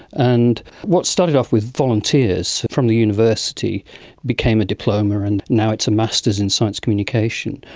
and what started off with volunteers from the university became a diploma and now it's a masters in science communication.